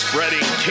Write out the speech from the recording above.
Spreading